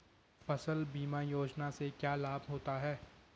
फसल बीमा योजना से क्या लाभ होता है?